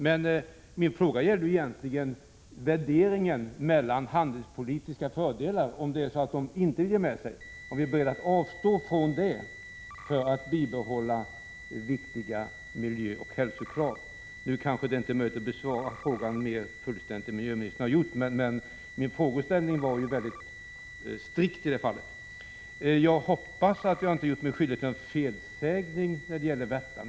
Men min fråga avsåg egentligen värderingen av handelspolitiska fördelar om EG inte vill ge med sig — om vi är beredda att avstå från dessa fördelar för att kunna behålla viktiga miljöoch hälsokrav. Nu är det kanske inte möjligt att besvara frågan mer fullständigt än miljöministern har gjort. Men min frågeställning var mycket strikt i detta fall. Jag hoppas att jag inte har gjort mig skyldig till någon felsägning när det gäller Värtan.